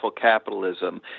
capitalism